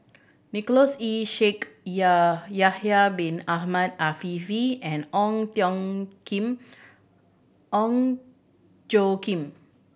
Nicholas Ee Shaikh Ya Yahya Bin Ahmed Afifi and Ong Kim Ong Tjoe Kim